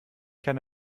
kann